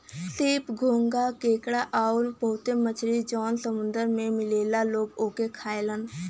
सीप, घोंघा केकड़ा आउर बहुते मछरी जौन समुंदर में मिलला लोग ओके खालन